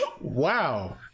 Wow